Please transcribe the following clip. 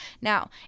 Now